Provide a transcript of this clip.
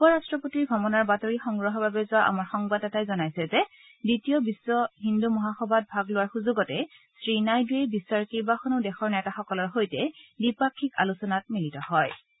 উপ ৰাট্টপতিৰ ভ্ৰমণৰ বাতৰি সংগ্ৰহৰ বাবে যোৱা আমাৰ সংবাদদাতাই জনাইছে যে দ্বিতীয় বিশ্ব হিন্দু মহাসভাত ভাগ লোৱাৰ সুযোগতে শ্ৰী নাইড়ুৱে বিশ্বৰ কেইবাখনো দেশৰ নেতাসকলৰ সৈতে দ্বিপাক্ষিক আলোচনাত মিলিত হব